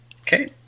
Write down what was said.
Okay